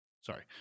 sorry